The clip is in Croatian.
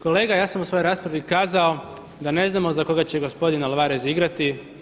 Kolega ja sam u svojoj raspravi kazao da ne znamo za koga će gospodin Alvarez igrati.